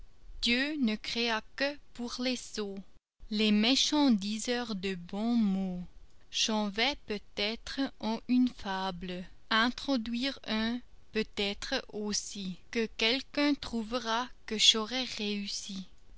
dieu ne créa que pour les sots les méchants diseurs de bons mots j'en vais peut-être en une fable introduire un peut-être aussi que quelqu'un trouvera que j'aurai réussi